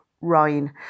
Rhine